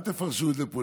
אל תפרשו את זה פוליטית,